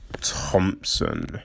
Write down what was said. Thompson